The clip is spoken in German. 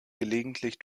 gelegentlich